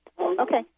Okay